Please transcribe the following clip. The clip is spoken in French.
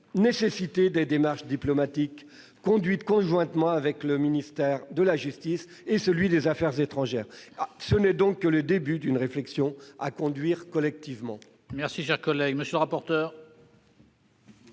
nécessiter des démarches diplomatiques conduites conjointement par le ministère de la justice et celui des affaires étrangères. Ce n'est donc que le début d'une réflexion à mener collectivement.